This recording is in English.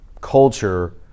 culture